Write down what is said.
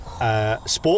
Sport